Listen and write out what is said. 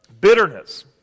bitterness